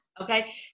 okay